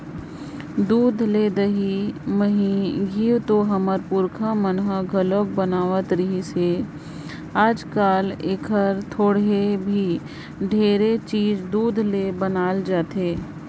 दूद ले दही, मही, घींव तो हमर पूरखा मन ह घलोक बनावत रिहिस हे, आयज कायल एखर छोड़े भी ढेरे चीज दूद ले बनाल जाथे